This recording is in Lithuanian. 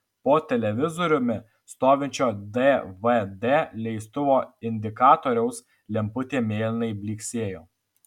po televizoriumi stovinčio dvd leistuvo indikatoriaus lemputė mėlynai blyksėjo